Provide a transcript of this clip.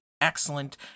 excellent